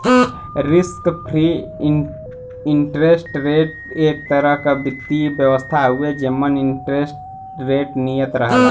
risk free interest rate एक तरह क वित्तीय व्यवस्था हउवे जेमन इंटरेस्ट रेट नियत रहला